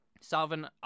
Salvin